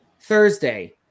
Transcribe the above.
Thursday